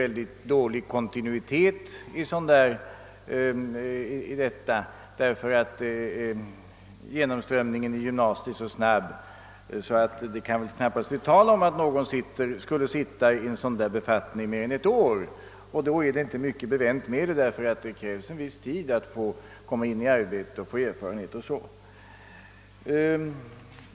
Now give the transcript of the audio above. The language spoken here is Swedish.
en mycket dålig kontinuitet på grund av att genomströmningen i gymnasiet är så snabb att det knappast kan bli tal om att vederbörande ledamöter skulle sitta i styrelsen mer än ett år. Då är det inte mycket bevänt med det hela, ty det krävs viss tid för att man skall komma in i arbetet, få erfarenhet 0. S. V.